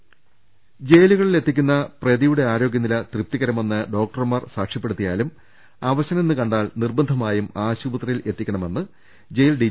P ജയിലുകളിൽ എത്തിക്കുന്ന പ്രതിയുടെ ആരോഗ്യനില തൃപ്തികരമെന്ന് ഡോക്ടർമാർ സാക്ഷ്യപ്പെടുത്തിയാലും അവശനെന്ന് കണ്ടാൽ നിർബന്ധമായും ആശുപത്രിയിലെത്തിക്കണമെന്ന് ജയിൽ ഡി